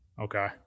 Okay